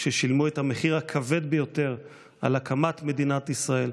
ששילמו את המחיר הכבד ביותר על הקמת מדינת ישראל,